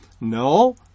No